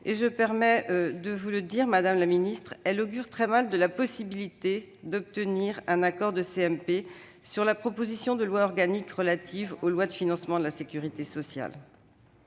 je me permets de vous le dire, madame la ministre, il augure très mal de la possibilité d'obtenir un accord de commission mixte paritaire sur la proposition de loi organique relative aux lois de financement de la sécurité sociale.